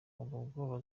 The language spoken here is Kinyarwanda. bwoba